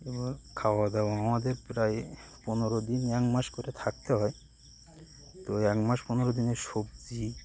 এবার খাওয়া দাওয়া আমাদের প্রায় পনেরো দিন এক মাস করে থাকতে হয় তো এক মাস পনেরো দিনের সবজি